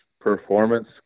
performance